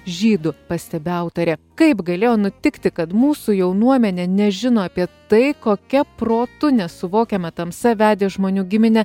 žydų pastebi autorė kaip galėjo nutikti kad mūsų jaunuomenė nežino apie tai kokia protu nesuvokiama tamsa vedė žmonių giminę